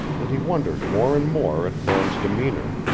and he wondered more and more at thorne's demeanor.